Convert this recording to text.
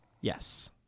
Yes